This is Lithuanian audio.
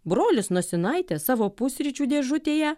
brolis nosinaitę savo pusryčių dėžutėje